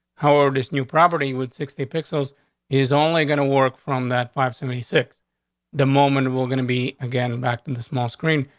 however, this new property with sixty pixels is only gonna work from that five seventy six the moment we're gonna be again back to the small screen.